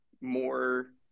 more